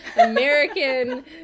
American